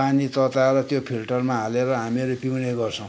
पानी तताएर त्यो फिल्टरमा हालेर हामीहरू पिउने गर्छौँ